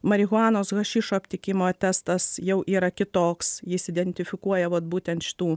marihuanos hašišo aptikimo testas jau yra kitoks jis identifikuoja vat būtent šitų